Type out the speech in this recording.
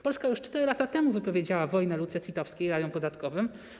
Polska już 4 lata temu wypowiedziała wojnę luce CIT-owskiej i rajom podatkowym.